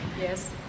Yes